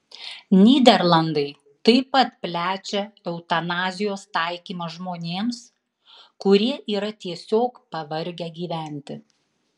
nyderlandai taip pat plečia eutanazijos taikymą žmonėms kurie yra tiesiog pavargę gyventi